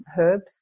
herbs